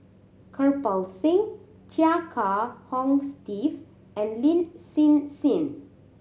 Kirpal Singh Chia Kiah Hong Steve and Lin Hsin Hsin